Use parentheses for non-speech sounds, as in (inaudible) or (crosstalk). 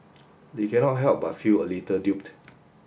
(noise) they cannot help but feel a little duped